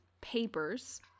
Papers